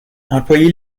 employer